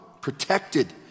protected